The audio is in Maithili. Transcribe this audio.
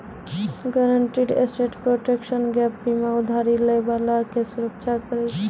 गारंटीड एसेट प्रोटेक्शन गैप बीमा उधारी लै बाला के सुरक्षा करै छै